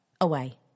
away